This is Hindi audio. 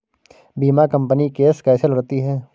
बीमा कंपनी केस कैसे लड़ती है?